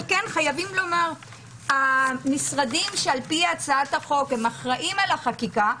אבל חייבים לומר שהמשרדים על פי הצעת החוק אחראים על החקיקה,